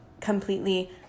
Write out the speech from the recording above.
completely